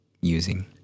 using